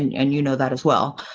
and and, you know that as well,